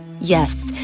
Yes